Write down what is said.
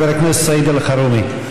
חבר הכנסת סעיד אלחרומי.